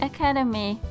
Academy